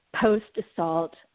post-assault